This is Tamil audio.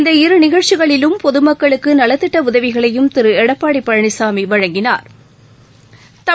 இந்த இரு நிகழ்ச்சிகளிலும் பொதுமக்களுக்குநலத்திட்டஉதவிகளையும் திருஎடப்பாடிபழனிசாமிவழங்கினா்